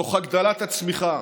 תוך הגדלת הצמיחה,